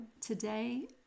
today